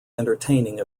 entertaining